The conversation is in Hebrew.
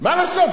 מה לעשות,